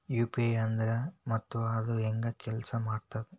UPI ಅಂದ್ರೆನು ಮತ್ತ ಅದ ಹೆಂಗ ಕೆಲ್ಸ ಮಾಡ್ತದ